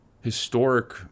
historic